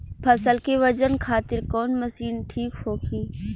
फसल के वजन खातिर कवन मशीन ठीक होखि?